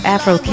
Afro